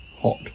hot